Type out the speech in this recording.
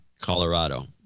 Colorado